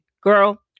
girl